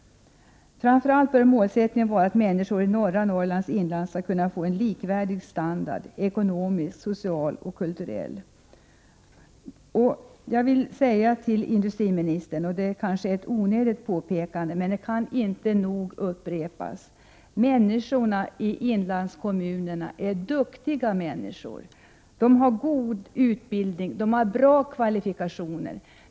Framför allt bör målet vara att människor i norra Norrlands inland skall kunna få en likvärdig standard ekonomiskt, socialt och kulturellt. Jag vill säga till industriministern — det är kanske ett onödigt påpekande, men det kan inte nog ofta upprepas — att människorna i inlandskommunerna är duktiga människor. De har god utbildning och bra kvalifikationer.